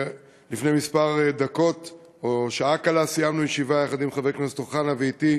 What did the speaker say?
לפני כמה דקות או שעה קלה סיימנו ישיבה יחד עם חבר כנסת אוחנה ועם השר